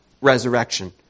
resurrection